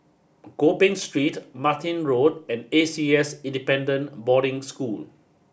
Gopeng Street Martin Road and A C S Independent Boarding School